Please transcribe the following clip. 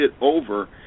over